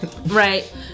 Right